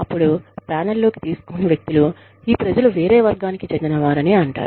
అప్పుడు ప్యానెల్ లోకి తీసుకోని వ్యక్తులు ఈ ప్రజలు వేరే వర్గానికి చెందినవారని అంటారు